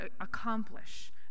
accomplish